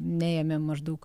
neėmė maždaug